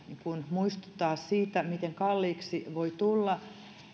muistuttaa siitä miten kalliiksi voi tulla